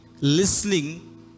listening